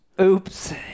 Oops